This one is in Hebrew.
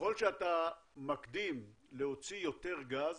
ככל שאתה מקדים להוציא יותר גז